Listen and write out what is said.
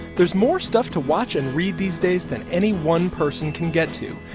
there's more stuff to watch and read these days than any one person can get to.